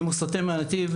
אם הוא סוטה מהנתיב,